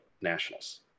nationals